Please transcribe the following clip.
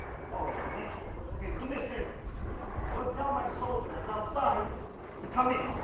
so he's a good angel because okay do me a favor go tell my soldier. that's outside to come in